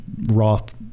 Roth